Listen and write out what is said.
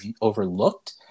overlooked